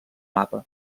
mapa